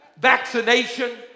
vaccination